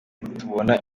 tubona